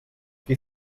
qui